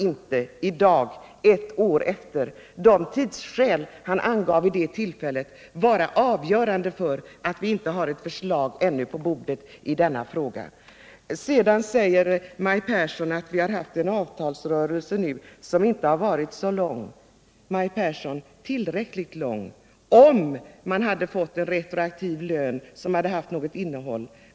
I dag, ett år efter den debatten, kan inte tidsskäl, som han då angav, vara avgörande för att vi inte har något förslag i denna fråga på riksdagens bord. Sedan säger Maj Pehrsson att avtalsrörelsen i år inte varit så långvarig. Men, Maj Pehrsson, den var tillräckligt lång, om man hade fått en retroaktiv lön som hade haft något innehåll.